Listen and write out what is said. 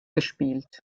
gespielt